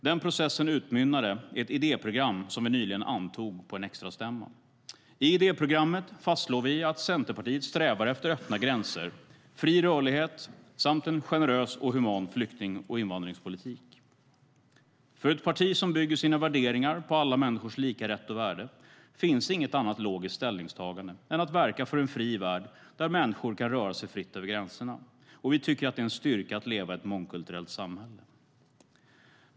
Den processen utmynnade i ett idéprogram som vi nyligen antog på en extrastämma. I idéprogrammet fastslår vi att Centerpartiet strävar efter öppna gränser, fri rörlighet samt en generös och human flykting och invandringspolitik. För ett parti som bygger sina värderingar på alla människors lika rätt och värde finns inget annat logiskt ställningstagande än att verka för en fri värld där människor kan röra sig fritt över gränserna. Vi tycker att det är en styrka att leva i ett mångkulturellt samhälle.